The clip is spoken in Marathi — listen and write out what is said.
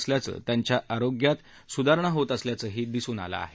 असल्यानं त्यांच्या आरोग्यात सुधारणा होत असल्याचं दिसून आलं आहे